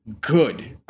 good